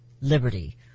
liberty